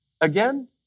again